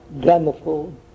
gramophone